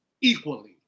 equally